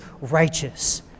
righteous